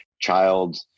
child